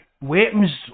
weapons